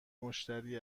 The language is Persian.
مشتری